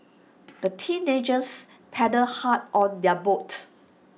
the teenagers paddled hard on their boat